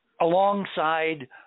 alongside